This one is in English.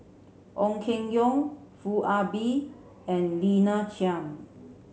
Ong Keng Yong Foo Ah Bee and Lina Chiam